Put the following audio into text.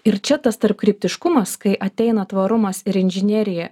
ir čia tas tarpkryptiškumas kai ateina tvarumas ir inžinerija